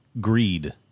greed